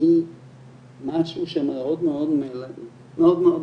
היא משהו שמאוד מאוד משמעותי,